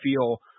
feel